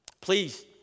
please